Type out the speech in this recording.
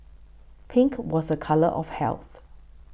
pink was a colour of health